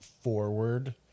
forward